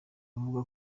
avuga